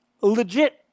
Legit